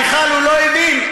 מיכל, הוא לא הבין.